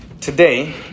today